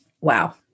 wow